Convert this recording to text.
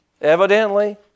Evidently